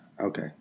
Okay